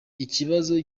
ikibazo